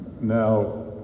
now